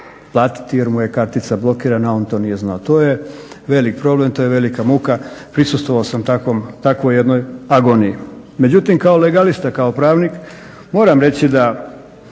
platiti jer mu je kartica blokirana a on to nije znao. To je velik problem, to je velika muka prisustvovao sam takvoj jednoj agoniji. Međutim kao legalista kao pravnik moram reći da